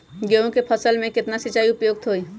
गेंहू के फसल में केतना सिंचाई उपयुक्त हाइ?